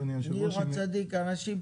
אדוני היושב-ראש --- הצדיק הראשי.